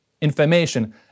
Information